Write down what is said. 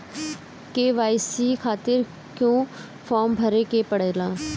KYC खातिर क्यूं form भरे के पड़ेला?